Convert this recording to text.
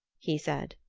he said.